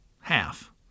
half